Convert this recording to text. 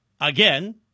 Again